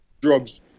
drugs